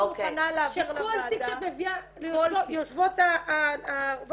אני מוכנה להעביר לוועדה --- הייתה פה,